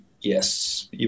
yes